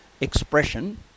expression